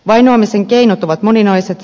vainoamisen keinot ovat moninaiset